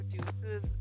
produces